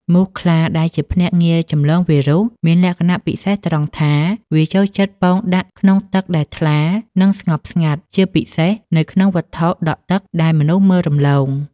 មូសខ្លាដែលជាភ្នាក់ងារចម្លងវីរុស មានលក្ខណៈពិសេសត្រង់ថាវាចូលចិត្តពងដាក់ក្នុងទឹកដែលថ្លា និងស្ងប់ស្ងាត់ ជាពិសេសនៅក្នុងវត្ថុដក់ទឹកដែលមនុស្សមើលរំលង។